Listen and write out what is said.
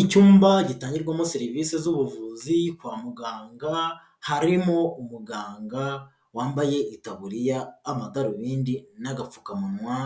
Icyumba gitangirwamo serivisi z'ubuvuzi kwa muganga, harimo umuganga wambaye itaburiya, amadarubindi n'agapfukamunwa,